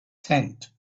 tent